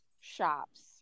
shops